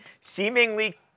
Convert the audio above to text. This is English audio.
seemingly